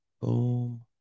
Boom